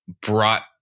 Brought